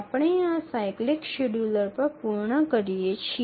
આપણે આ cyclic scheduler પર પૂર્ણ કરીએ છીએ